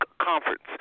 Conference